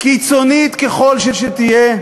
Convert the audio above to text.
קיצונית ככל שתהיה,